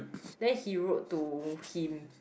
then he wrote to him